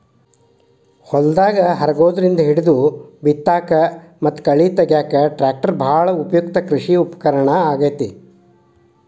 ಹೊಲದಾಗ ಹರಗೋದ್ರಿಂದ ಹಿಡಿದು ಬಿತ್ತಾಕ ಮತ್ತ ಕಳೆ ತಗ್ಯಾಕ ಟ್ರ್ಯಾಕ್ಟರ್ ಬಾಳ ಉಪಯುಕ್ತ ಕೃಷಿ ಉಪಕರಣ ಆಗೇತಿ